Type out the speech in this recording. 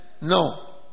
no